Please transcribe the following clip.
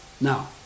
Now